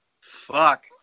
Fuck